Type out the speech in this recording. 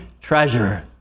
treasure